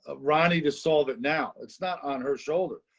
ah ronnie to solve it. now it's not on her shoulder.